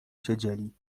siedzieli